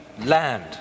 land